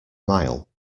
mile